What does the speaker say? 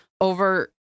over